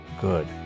good